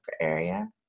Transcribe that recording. area